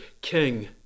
king